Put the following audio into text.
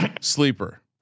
sleeper